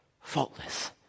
Faultless